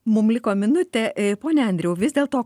mum liko minutė pone andriau vis dėlto